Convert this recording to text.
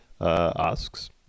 asks